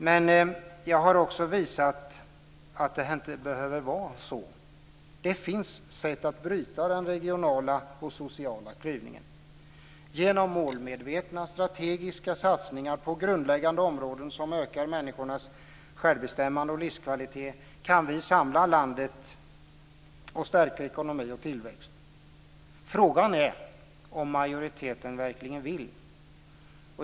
Men jag har också visat att det inte behöver vara så. Det finns sätt att bryta den regionala och sociala klyvningen. Genom målmedvetna och strategiska satsningar på grundläggande områden som ökar människors sjävbestämmande och livskvalitet kan vi samla landet och stärka ekonomi och tillväxt. Frågan är om majoriteten verkligen vill.